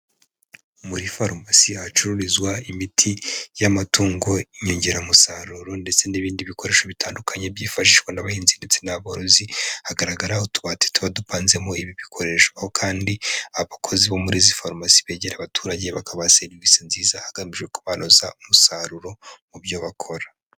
Muri farumasi hacururizwa imiti, y'amatungo, inyongeramusaruro, ndetse n'ibindi bikoresho bitandukanye, byifashishwa n'abahinzi ndetse n'aborozi. Hagaragara utubati tuba dupanzemo ibi bikoresho, aho kandi abakozi bo muri izi farumasi begera abaturage bakabaha serivisi nziza hagamijwe kobanoza umusaruro, mu byo bakora.